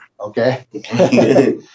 Okay